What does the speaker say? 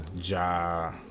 Ja